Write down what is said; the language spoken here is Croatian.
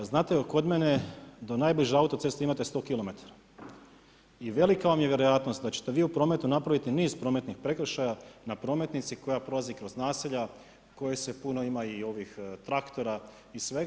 Znate kod mene do najbliže autoceste imate 100 kilometara i velika vam je vjerojatnost da ćete vi u prometu napraviti niz prometnih prekršaja na prometnici koja prolazi kroz naselja, koja sada puno ima i ovih, traktora i svega.